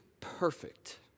perfect